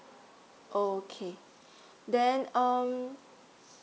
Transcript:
okay then um